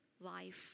life